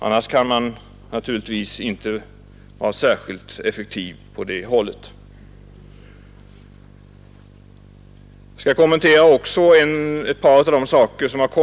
Annars kan man naturligtvis inte vara särskilt effektiv i regionalpolitiken.